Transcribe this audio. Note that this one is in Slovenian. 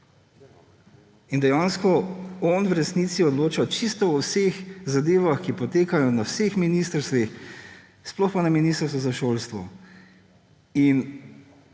In dejansko on v resnici odloča čisto o vseh zadevah, ki potekajo na vseh ministrstvih, sploh pa na ministrstvu za šolstvo. In